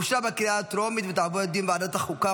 אושרה בקריאה הטרומית ותעבור לדיון בוועדת החוקה,